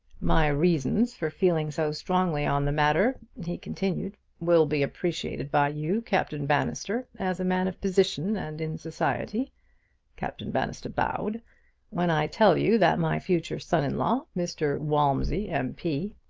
my reasons for feeling so strongly on the matter, he continued, will be appreciated by you, captain bannister, as a man of position and in society captain bannister bowed when i tell you that my future son-in law, mr. walmsley, m p,